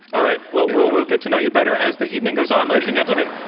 all right, well we'll we'll get to know you better as the evening goes on. ladies and gentlemen,